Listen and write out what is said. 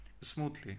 smoothly